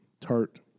tart